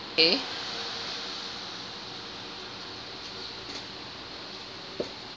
eh